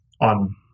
on